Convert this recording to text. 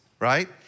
Right